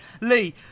Lee